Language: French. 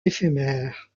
éphémères